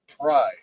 pride